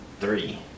three